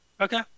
okay